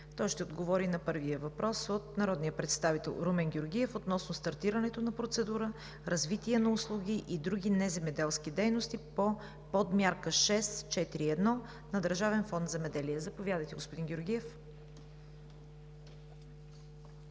Той ще отговори на първия въпрос от народния представител Румен Георгиев относно стартирането на процедура „Развитие на услуги и други неземеделски дейности“ по подмярка 6.4.1 на Държавен фонд „Земеделие“. Заповядайте, господин Георгиев. РУМЕН